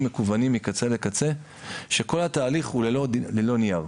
מקוונים מקצה לקצה שכל התהליך הוא ללא נייר.